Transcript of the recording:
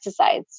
pesticides